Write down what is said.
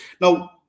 Now